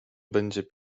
będzie